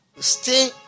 Stay